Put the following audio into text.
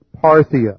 Parthia